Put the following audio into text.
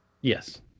yes